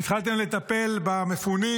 התחלתם לטפל במפונים.